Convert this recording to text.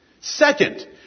Second